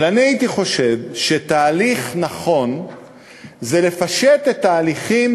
אבל אני הייתי חושב שתהליך נכון זה לפשט את ההליכים